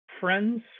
friends